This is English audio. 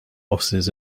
offices